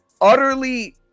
utterly